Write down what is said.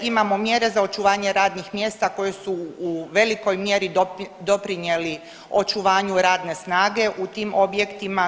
Imamo mjere za očuvanje radnih mjesta koje su u velikoj mjeri doprinijeli očuvanju radne snage u tim objektima.